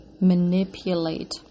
manipulate